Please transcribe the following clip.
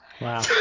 Wow